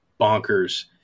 bonkers